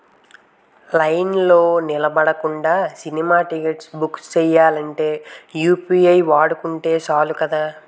లైన్లో నిలబడకుండా సినిమా టిక్కెట్లు బుక్ సెయ్యాలంటే యూ.పి.ఐ వాడుకుంటే సాలు కదా